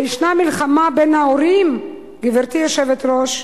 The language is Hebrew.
ויש מלחמה בין ההורים, גברתי היושבת-ראש,